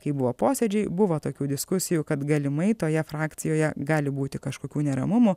kai buvo posėdžiai buvo tokių diskusijų kad galimai toje frakcijoje gali būti kažkokių neramumų